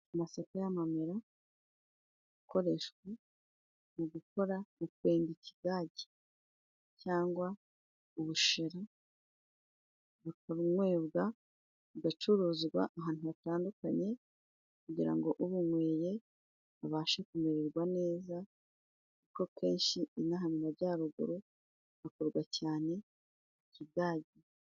Amasaka y'amamera akoreshwa mu gukora mukwenda ikidage cyangwa ubushera bukanywebwa, gacuruzwa ahantu hatandukanye kugira ngo ubunyweye abashe kumererwa neza kuko kenshi ino aha majyaruguru akorwa cyane kidage